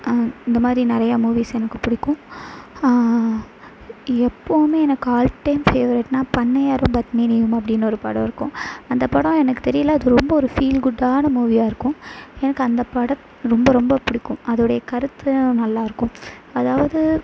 இந்த மாதிரி நிறைய மூவிஸ் எனக்கு பிடிக்கும் எப்போவுமே எனக்கு ஆல் டைம் ஃபேவரெட்னால் பண்ணையாரும் பத்மினியும் அப்படின்னு ஒரு படம் இருக்கும் அந்த படம் எனக்கு தெரியல அது ரொம்ப ஒரு ஃபீல் குட்டான மூவியாக இருக்கும் எனக்கு அந்த படம் ரொம்ப ரொம்ப பிடிக்கும் அதோடைய கருத்து நல்லாயிருக்கும் அதாவது